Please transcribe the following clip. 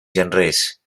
genres